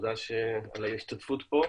תודה על ההשתתפות פה.